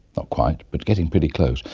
not quite, but getting pretty close.